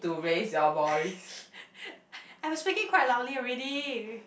I'm speaking quite loudly already